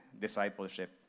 discipleship